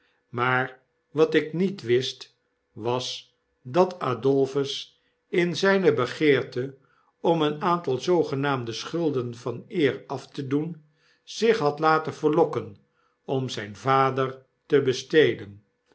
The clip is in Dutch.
maar wat ik niet wist was dat adolphus in zpe begeerte om een aantal zoogenaamde schulden van eer af te doen zich had laten verlokken om zyn vader te bestelen